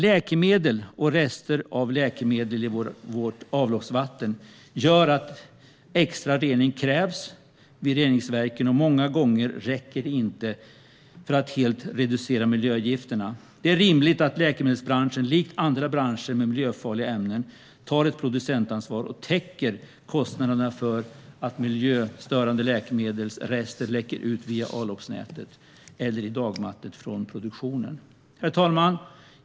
Läkemedel och rester av läkemedel i vårt avloppsvatten gör att extra rening krävs vid reningsverken, och många gånger räcker det inte för att helt reducera miljögifterna. Det är rimligt att läkemedelsbranschen, likt andra branscher med miljöfarliga ämnen, tar ett producentansvar och täcker kostnaderna för att miljöstörande läkemedelsrester från produktionen läcker ut via avloppsnätet eller i dagvattnet. Herr talman!